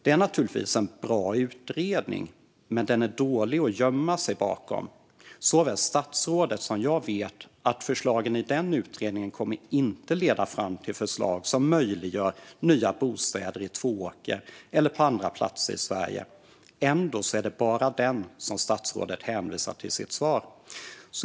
Det är naturligtvis en bra utredning, men den är dålig att gömma sig bakom. Såväl statsrådet som jag vet att förslagen i den utredningen inte kommer att leda fram till förslag som möjliggör nya bostäder i Tvååker eller på andra platser i Sverige. Ändå är det bara den som statsrådet hänvisar till i sitt svar.